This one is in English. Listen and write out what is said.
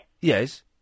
Yes